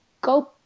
Go